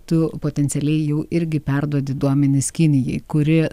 tu potencialiai jau irgi perduodi duomenis kinijai kuri